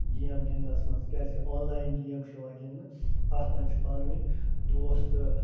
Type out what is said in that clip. game گِنٛدنَس منٛز کیٛازِکہِ آن لایِن گیم چھِ یِوان گِنٛدنہٕ اَتھ منٛز چھُ پانہٕ ؤنۍ دوس تہٕ